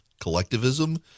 Collectivism